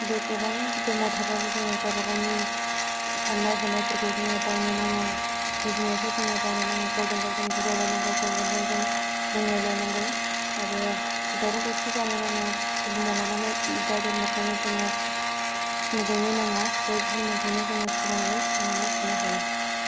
बे गोबां धर्म थाबाबो जोङो गावबा गावनि साननाय हनायफोरखौ जोङो बावनो नाङा बुजिनायखौ जोङो बावनो नाङा गावजों गावजों बुजायलायनांगौ गावजों गावजों बुंलायलायनांगौ आरो दावराव दावसि जानो नाङा धर्म लानानै बा धर्मखौनो जोङो मुगैनो नाङा बे धर्मजोंनो जोङो सोलिनानै थांनानै थानो हायो